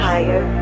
Higher